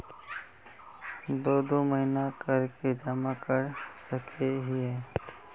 दो दो महीना कर के जमा कर सके हिये?